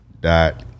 dot